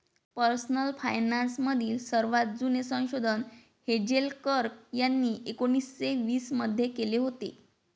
personal finance मधील सर्वात जुने संशोधन हेझेल कर्क यांनी एकोन्निस्से वीस मध्ये केले होते